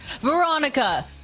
Veronica